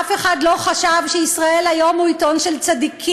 אף אחד לא חשב ש"ישראל היום" הוא עיתון של צדיקים.